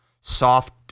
soft